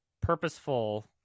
purposeful